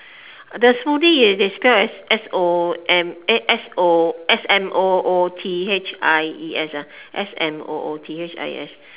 the smoothie is they spell as S O O M eh S O S M O O T H I E S ah S M O O T H I E S